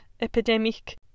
epidemic